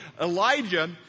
Elijah